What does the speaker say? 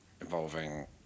involving